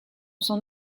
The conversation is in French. s’en